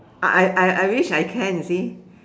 I I I I wish I can you see